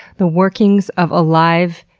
the workings of alive,